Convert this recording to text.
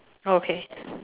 oh okay